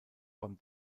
beim